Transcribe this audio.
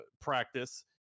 practice